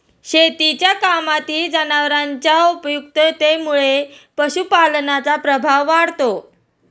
शेतीच्या कामातही जनावरांच्या उपयुक्ततेमुळे पशुपालनाचा प्रभाव वाढतो